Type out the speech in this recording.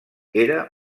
era